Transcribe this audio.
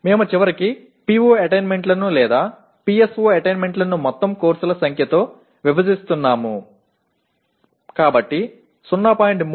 మేము చివరికి PO అటైన్మెంట్లను లేదా PSO అటైన్మెంట్లను మొత్తం కోర్సుల సంఖ్యతో విభజిస్తున్నాము కాబట్టి 0